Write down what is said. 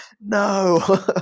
no